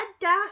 da